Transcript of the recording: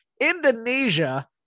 Indonesia